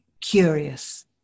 curious